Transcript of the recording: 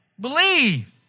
believe